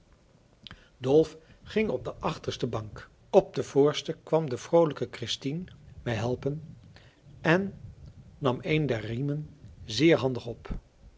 dolf ging op de achterste bank op de voorste kwam de vroolijke christien mij helpen en nam een der riemen zeer handig op